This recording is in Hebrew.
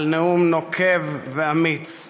על נאום נוקב ואמיץ,